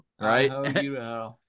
Right